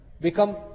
become